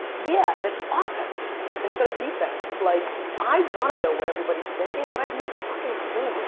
yeah, and it's offense instead of defense. like i want to know what everybody's thinking but i have no fucking clue